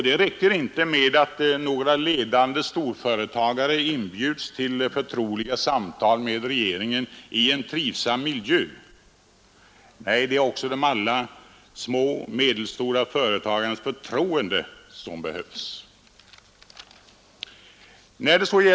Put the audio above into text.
Det räcker inte med att några ledande storföretagare inbjuds till förtroliga samtal med regeringen i en trivsam miljö. Nej, det är också alla små och medelstora företagares förtroende som behövs.